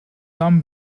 some